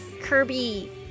Kirby